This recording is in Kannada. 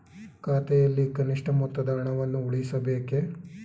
ಖಾತೆಯಲ್ಲಿ ಕನಿಷ್ಠ ಮೊತ್ತದ ಹಣವನ್ನು ಉಳಿಸಬೇಕೇ?